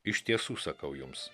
iš tiesų sakau jums